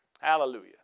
Hallelujah